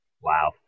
Wow